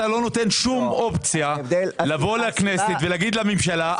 אתה לא נותן שום אופציה לכנסת לבוא ולהגיד לממשלה,